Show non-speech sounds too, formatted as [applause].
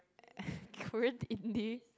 [laughs] Korean indie